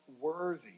worthy